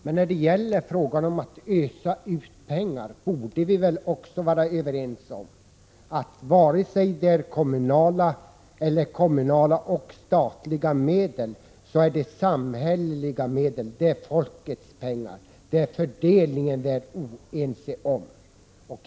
Men när det gäller att ösa ut pengar borde vi väl också vara överens om att vare sig det gäller kommunala eller statliga medel så handlar det om samhälleliga medel. Det är folkets pengar, och vi bör vara ense om fördelningen.